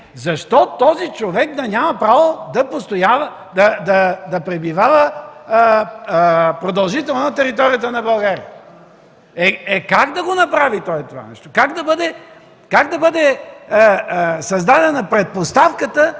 Защо този човек да няма право да пребивава продължително на територията на България? Е, как да го направи той това нещо? Как да бъде създадена предпоставката